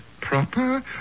proper